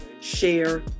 share